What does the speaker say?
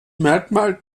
merkmal